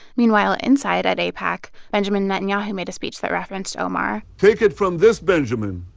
meanwhile, inside at aipac, benjamin netanyahu made a speech that referenced omar take it from this benjamin.